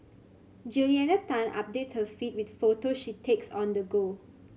Juliana Tan updates her feed with photo she takes on the go